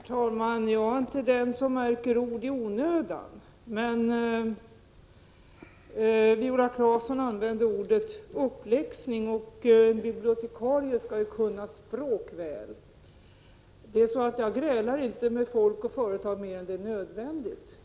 Herr talman! Jag är inte den som märker ord i onödan. Men Viola Claesson använde ordet ”uppläxning”, och en bibliotekarie skall ju kunna språket väl. Jag grälar inte med folk och företag mer än nödvändigt.